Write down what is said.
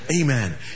Amen